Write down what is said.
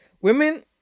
women